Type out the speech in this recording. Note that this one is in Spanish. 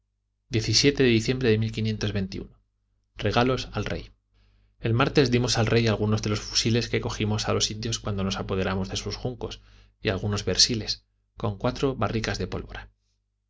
diciembre de regalos al rey el martes dimos al rey algunos de los fusiles que cogimos a los indios cuando nos apoderamos de sus juncos y algunos bersiles con cuatro barricas de pólvora